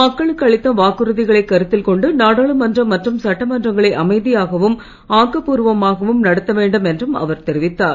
மக்களுக்கு அளித்த வாக்குறுதிகளை கருத்தில்கொண்டு நாடாளுமன்ற மற்றும் சட்டமன்றங்களை அமைதியாகவும் ஆக்க பூர்வமாகவும் நடத்தவேண்டும் என்று அவர் தெரிவித்தார்